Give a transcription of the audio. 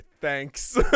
thanks